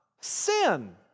Sin